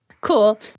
Cool